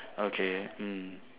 okay mm